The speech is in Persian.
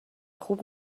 خوب